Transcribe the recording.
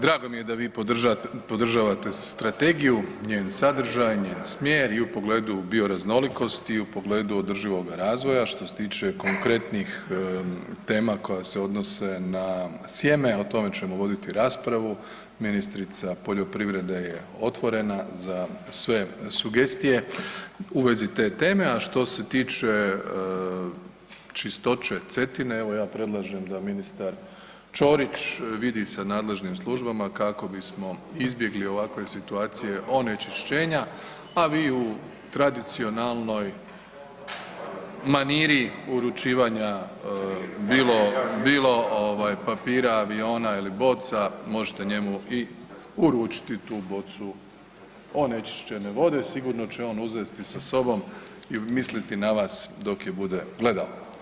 Drago mi je da vi podržavate strategiju, njen sadržaj, njen smjer i u pogledu bioraznolikosti, u pogledu održivoga razvoja a što se tiče konkretnih tema koja se odnose na sjeme, o tome ćemo voditi raspravu, ministra poljoprivrede je otvorena za sve sugestije u vezi te teme a što se tiče čistoće Cetine, evo ja predlažem da ministar Čorić vidi sa nadležnim službama kako bismo izbjegli ovakve situacije onečišćenja a vi u tradicionalnoj maniri uručivanja bilo papira, aviona ili boca, možete njemu i uručiti tu bocu onečišćene vode, sigurno će je on uzeti sa sobom i misliti na vas dok je bude gledao.